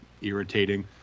irritating